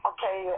Okay